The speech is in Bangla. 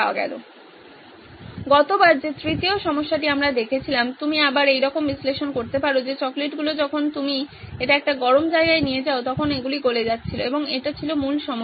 গতবার যে তৃতীয় সমস্যাটি আমরা দেখেছিলাম আপনি আবার একইরকম বিশ্লেষণ করতে পারেন চকলেটগুলি যখন আপনি এটি একটি গরম জায়গায় নিয়ে যান তখন এগুলি গলে যাচ্ছিল এবং এটি ছিল মূল সমস্যা